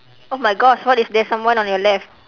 oh my gosh what if there's someone on your left